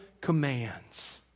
commands